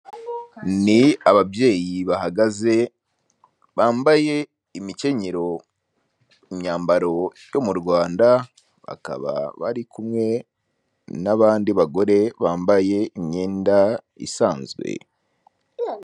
Ni ababyeyi bahagaze bambaye imikenyero, imyambaro yo mu Rwanda bakaba bari kumwe n'abandi bagore bambaye imyenda isanzwe.